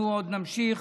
אנחנו עוד נמשיך